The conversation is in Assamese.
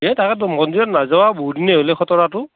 এ তাকেতো মন্দিৰত নাযৱা বহুদিনে হ'ল এই খটৰাতো